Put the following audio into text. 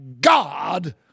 God